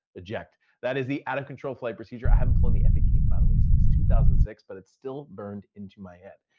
eject. that is the out-of-control flight procedure. i haven't flown the f eighteen by the way since two thousand and six, but it's still burned into my head.